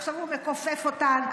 עכשיו הוא מכופף אותן.